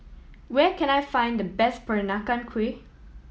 where can I find the best Peranakan Kueh